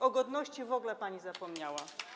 O godności w ogóle pani zapomniała.